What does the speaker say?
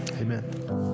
amen